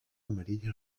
amarilla